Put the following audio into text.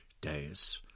days